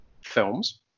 films